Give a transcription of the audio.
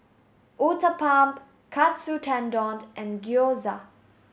Uthapam Katsu Tendon and Gyoza